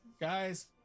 guys